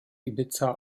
ibiza